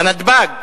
בנתב"ג